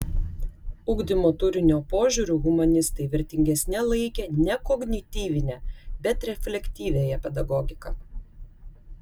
ugdymo turinio požiūriu humanistai vertingesne laikė ne kognityvinę bet reflektyviąją pedagogiką